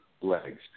legs